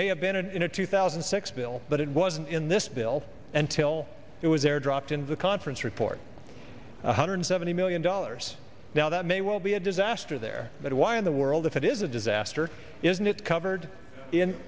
may have been a two thousand six bill but it wasn't in this bill and till it was air dropped in the conference report one hundred seventy million dollars now that may well be a disaster there but why in the world if it is a disaster isn't it covered in